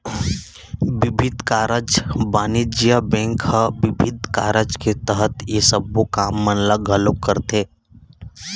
बिबिध कारज बानिज्य बेंक ह बिबिध कारज के तहत ये सबो काम मन ल घलोक करथे